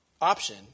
Option